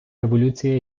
революція